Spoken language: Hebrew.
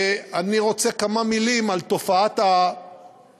ואני רוצה כמה מילים על תופעת הטרור,